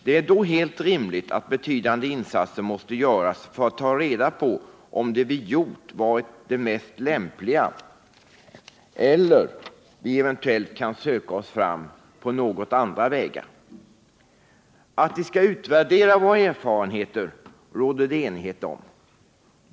Det är då helt rimligt att betydande insatser måste göras för att ta reda på om det vi gjort varit det mest lämpliga eller om vi eventuellt kan söka oss fram på något andra vägar. Att vi skall utvärdera våra erfarenheter råder det enighet om.